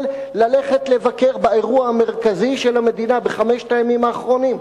ללכת לבקר באירוע המרכזי של המדינה בחמשת הימים האחרונים?